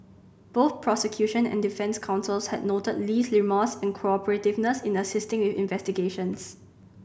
both prosecution and defence counsels had noted Lee's remorse and cooperativeness in assisting with investigations